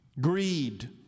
greed